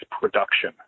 production